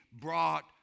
brought